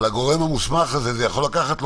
אבל לגורם המוסמך הזה זה יכול לקחת גם